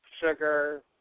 sugar